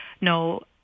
no